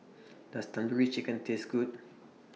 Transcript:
Does Tandoori Chicken Taste Good